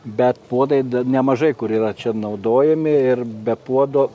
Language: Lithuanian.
bet puodai da nemažai kur yra čia naudojami ir be puodo